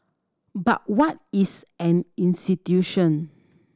but what is an institution